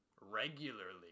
regularly